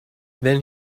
then